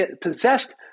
possessed